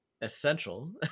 essential